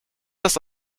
das